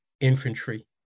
Infantry